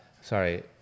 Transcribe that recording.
sorry